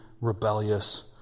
rebellious